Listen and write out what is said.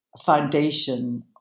foundation